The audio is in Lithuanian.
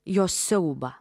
jos siaubą